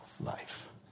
life